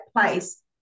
place